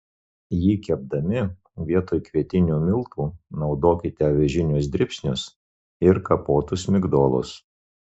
jį kepdami vietoj kvietinių miltų naudokite avižinius dribsnius ir kapotus migdolus